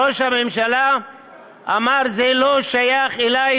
ראש הממשלה אמר: זה לא שייך אליי,